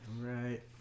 Right